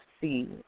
see